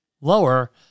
lower